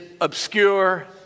obscure